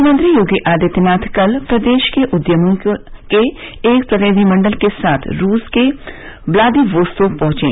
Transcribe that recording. मुख्यमंत्री योगी आदित्यनाथ कल प्रदेश के उद्यमियों के एक प्रतिनिधिमंडल के साथ रूस के व्लादिवोस्तोक पहुंचे